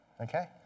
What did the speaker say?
Okay